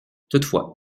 toutefois